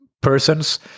persons